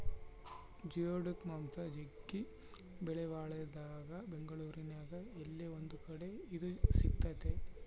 geoduck ಮಾಂಸ ಜಗ್ಗಿ ಬೆಲೆಬಾಳದಾಗೆತೆ ಬೆಂಗಳೂರಿನ್ಯಾಗ ಏಲ್ಲೊ ಒಂದು ಕಡೆ ಇದು ಸಿಕ್ತತೆ